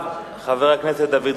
חבר הכנסת אופיר אקוניס,